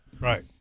Right